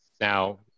Now